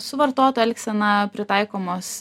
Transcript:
su vartotojo elgsena pritaikomos